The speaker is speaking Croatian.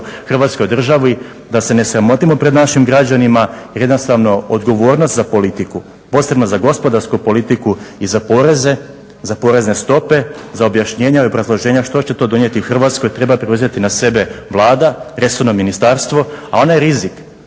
Hrvatskoj državi, da se ne sramotimo pred našim građanima jer jednostavno odgovornost za politiku, posebno za gospodarsku politiku i za poreze, za porezne stope, za objašnjenja i obrazloženja što će to donijeti Hrvatskoj, treba preuzeti na sebe Vlada, resorno ministarstvo. A onaj rizik